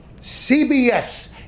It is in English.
CBS